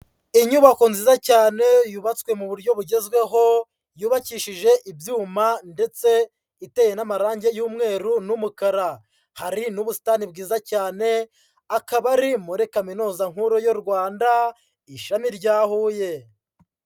Inyubako nziza cyane yubatswe mu buryo bugezweho, yubakishije ibyuma ndetse iteye n'amarangi y'umweru n'umukara, hari n'ubusitani bwiza cyane, akaba ari muri kaminuza nkuru y'u Rwanda ishami rya Huye.